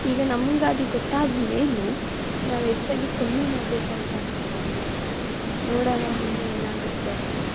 ಈಗ ನಮಗಾದ್ರು ಗೊತ್ತಾದ್ಮೇಲು ನಾವು ಹೆಚ್ಚಾಗಿ ಕಮ್ಮಿ ಮಾಡಬೇಕು ಅಂತ ಅಂದ್ಕೊಂಡಿದ್ದೀವಿ ನೋಡೋಣ ಮುಂದೆ ಏನಾಗುತ್ತೆ ಅಂತ